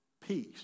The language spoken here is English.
peace